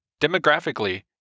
Demographically